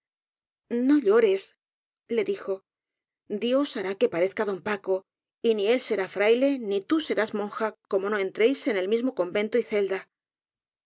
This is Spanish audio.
no llores le dijo dios hará que parezca u l don paco y ni él será fraile ni tú serás monja como no entréis en el mismo convento y celda